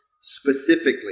specifically